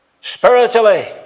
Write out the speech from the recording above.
spiritually